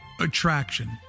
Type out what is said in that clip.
attraction